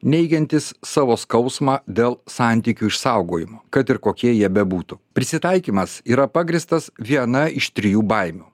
neigiantis savo skausmą dėl santykių išsaugojimo kad ir kokie jie bebūtų prisitaikymas yra pagrįstas viena iš trijų baimių